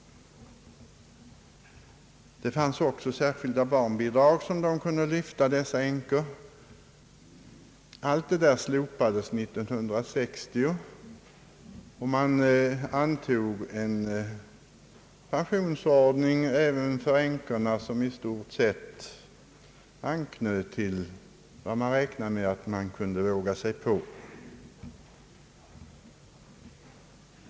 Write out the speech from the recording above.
Det fanns också särskilda barnbidrag som dessa änkor kunde lyfta. Allt detta slopades 1960 och man antog en pensionsordning, även för änkorna, som i stort sett anknöt till vad man räknade med att samhället skulle ha råd med.